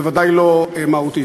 בוודאי לא מהותית.